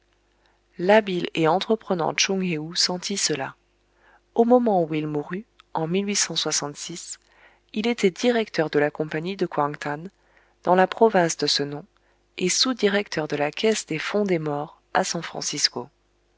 l'habile et entreprenant tchoung héou sentit cela au moment où il mourut en il était directeur de la compagnie de kouangthan dans la province de ce nom et sous-directeur de la caisse des fonds des morts à san francisco